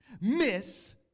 miss